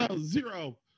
zero